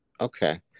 Okay